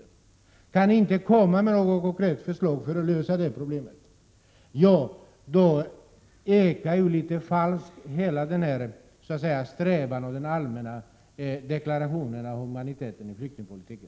Om man inte kan komma fram till något konkret förslag för att lösa detta problem ekar det falskt om de allmäna deklarationerna om humaniteten i flyktingpolitiken.